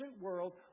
world